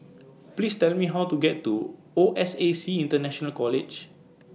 Please Tell Me How to get to O S A C International College